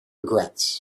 regrets